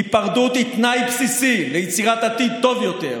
היפרדות היא תנאי בסיסי ליצירת עתיד טוב יותר,